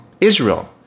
Israel